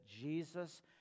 Jesus